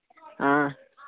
آ